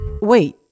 wait